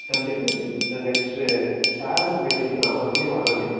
கண்டிப்பாக மிஸ் இந்த next parents மீட்டிங்குக்கு நான் அவசியம் வர்றேன் மிஸ்